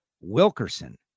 Wilkerson